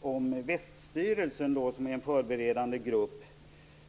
också väststyrelsen, som är en förberedande grupp.